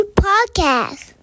podcast